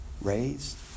raised